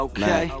Okay